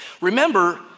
Remember